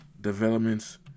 developments